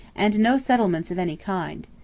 and no settlements of any kind.